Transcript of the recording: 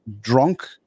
Drunk